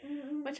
mmhmm